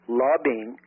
lobbying